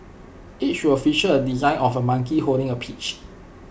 each will feature A design of A monkey holding A peach